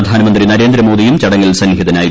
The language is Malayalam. പ്രധാനമന്ത്രി നരേന്ദ്രമോദിയും ചടങ്ങിൽ സന്നിഹിതനായിരുന്നു